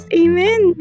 amen